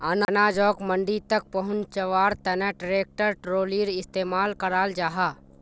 अनाजोक मंडी तक पहुन्च्वार तने ट्रेक्टर ट्रालिर इस्तेमाल कराल जाहा